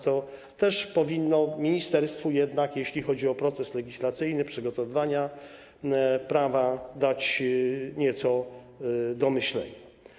To też powinno ministerstwu, jeśli chodzi o proces legislacyjny, przygotowywania prawa, dać nieco do myślenia.